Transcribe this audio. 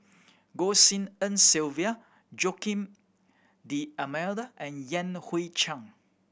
Goh Tshin En Sylvia Joaquim D'Almeida and Yan Hui Chang